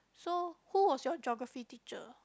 so who was your geography teacher